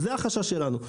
זה החשש שלנו.